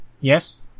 Yes